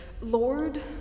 Lord